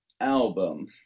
album